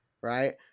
right